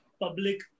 public